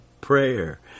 prayer